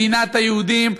מדינת היהודים,